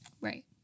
Right